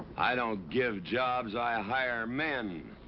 i don't give jobs. i ah hire men.